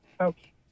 okay